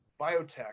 biotech